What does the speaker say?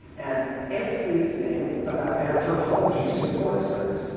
and everything about anthropology supports that.